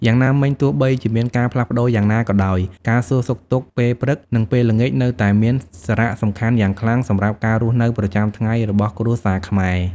យ៉ាងណាមិញ ទោះបីជាមានការផ្លាស់ប្តូរយ៉ាងណាក៏ដោយ ការសួរសុខទុក្ខពេលព្រឹក និងពេលល្ងាចនៅតែមានសារៈសំខាន់យ៉ាងខ្លាំងសម្រាប់ការរស់នៅប្រចាំថ្ងៃរបស់គ្រួសារខ្មែរ។